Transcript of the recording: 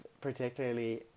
particularly